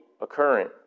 occurring